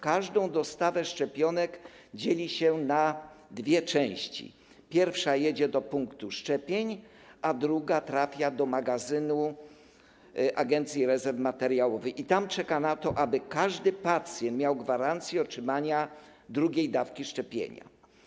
Każdą dostawę szczepionek dzieli się na dwie części: pierwsza jedzie do punktu szczepień, a druga trafia do magazynu Agencji Rezerw Materiałowych i tam czeka na to, aby każdy pacjent miał gwarancję otrzymania drugiej dawki szczepienia.